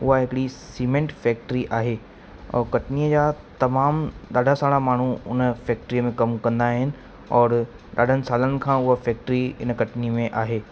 उहा हिकिड़ी cement factory आहे ऐं कटनीअ जा तमामु ॾाढा सारा माण्हू उन फैक्ट्रीअ में कम कंदा आहिनि और ॾाढनि सालनि खां उहा फैक्ट्री इन कटनी में आहे